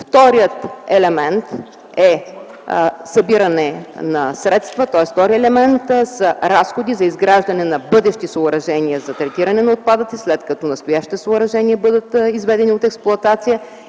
разходи за поддържане на системата; вторият елемент са разходи за изграждане на бъдещи съоръжения за третиране на отпадъци, след като настоящите съоръжения бъдат изведени от експлоатация,